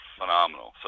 phenomenal